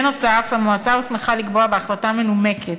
נוסף על כך, המועצה הוסמכה לקבוע, בהחלטה מנומקת,